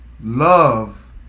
love